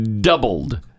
doubled